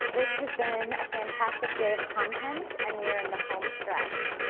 this has been a fantastic day of content, and we are in the home stretch.